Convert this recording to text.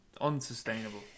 Unsustainable